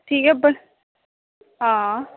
ठीक है पर हां